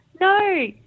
no